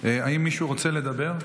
האם מישהו רוצה לדבר?